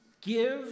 give